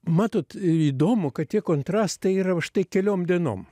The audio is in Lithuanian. matot įdomu kad tie kontrastai yra užtai keliom dienom